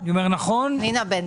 פנינה בן